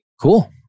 cool